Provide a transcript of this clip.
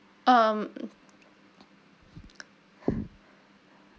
um